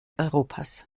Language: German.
europas